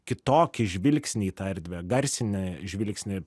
kitokį žvilgsnį į tą erdvę garsinį žvilgsnį